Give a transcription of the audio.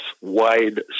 wide